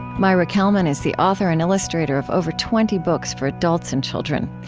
maira kalman is the author and illustrator of over twenty books for adults and children.